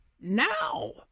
now